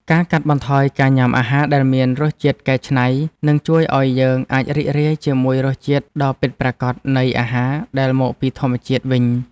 ការកាត់បន្ថយការញ៉ាំអាហារដែលមានរសជាតិកែច្នៃនឹងជួយឲ្យយើងអាចរីករាយជាមួយរសជាតិដ៏ពិតប្រាកដនៃអាហារដែលមកពីធម្មជាតិវិញ។